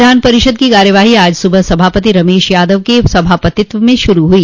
विधान परिषद की कार्यवाही आज सुबह सभापति रमेश यादव के सभापत्तिव में शुरू हुई